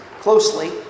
closely